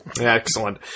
Excellent